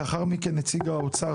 לאחר מכן תינתן זכות הדיבור לנציג האוצר,